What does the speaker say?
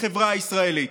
בחברה הישראלית?